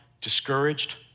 discouraged